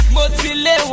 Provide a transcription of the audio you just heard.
Motile